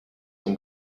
from